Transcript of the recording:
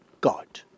God